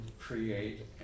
create